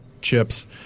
chips